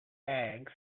eggs